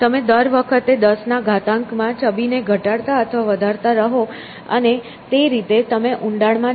તમે દર વખતે દસ ના ઘાતાંક માં છબીને ઘટાડતા અથવા વધારતા રહો અને અને તે રીતે તમે ઊંડાણમાં જાઓ